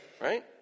right